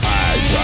eyes